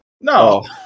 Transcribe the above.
no